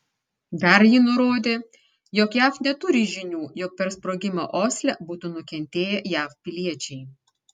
dar ji nurodė jog jav neturi žinių jog per sprogimą osle būtų nukentėję jav piliečiai